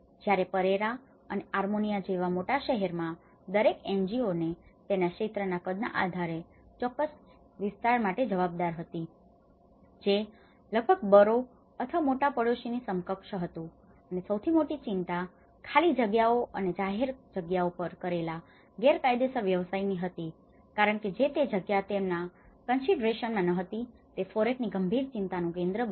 જ્યારે પરેરા અને આર્મેનિયા જેવા મોટા શહેરોમાં દરેક NGOને તેના ક્ષેત્રના કદને આધારે ચોક્કસ વિસ્તાર માટે જવાબદાર હતી જે લગભગ બરો boroughનગરપાલિકા ધરાવતું શહેર અથવા મોટા પડોશીની સમકક્ષ હતું અને સૌથી મોટી ચિંતા ખાલી જગ્યાઓ અને જાહેર જગ્યાઓ પર કરેલ ગેરકાયદેસર વ્યવસાયની હતી કારણ કે તે જગ્યાઓ તેઓના કન્સિડરેશનમાં considerations વિચારણાઓ ન હતી જે FORECની ગંભીર ચિંતાનું કેન્દ્ર બન્યું